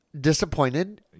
disappointed